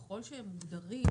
ככל שהם מוגדרים,